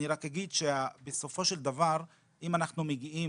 אני רק אגיד שבסופו של דבר אם אנחנו מגיעים